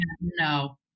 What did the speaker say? no